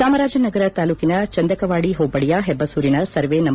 ಚಾಮರಾಜನಗರ ತಾಲೂಕಿನ ಚಂದಕವಾಡಿ ಹೋಬಳಿಯ ಹೆಬ್ಬಸೂರಿನ ಸರ್ವೇ ನಂ